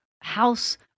house